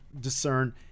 discern